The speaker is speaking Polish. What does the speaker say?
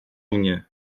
mnie